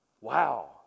wow